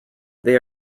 they